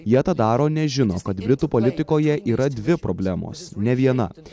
jie tą daro nežino kad britų politikoje yra dvi problemos ne viena